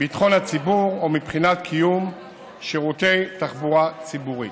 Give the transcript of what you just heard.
ביטחון הציבור או מבחינת קיום שירותי תחבורה ציבורית.